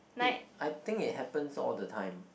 it I think it happens all the time